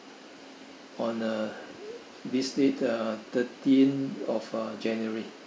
on uh this date uh thirteen of uh january